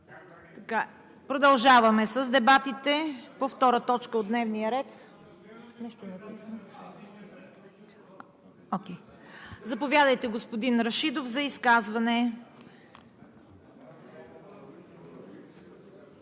Продължаваме с дебатите по втора точка от дневния ред. Заповядайте, господин Рашидов, за изказване.